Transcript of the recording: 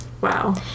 Wow